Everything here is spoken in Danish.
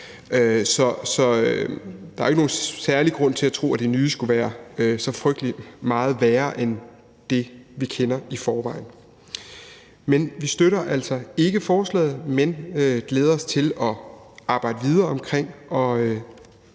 Så der er ikke nogen særlig grund til at tro, at de nye skulle være så frygtelig meget værre end dem, vi kender i forvejen. Vi støtter altså ikke forslaget, men glæder os til at arbejde videre med